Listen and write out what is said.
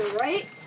right